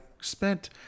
spent